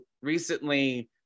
recently